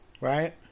right